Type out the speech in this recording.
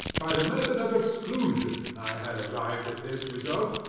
by the method of exclusion, i had arrived at this result,